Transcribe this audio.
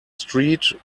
street